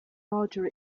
larger